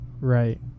right